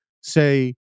say